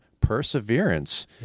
perseverance